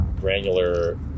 ...granular